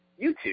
YouTube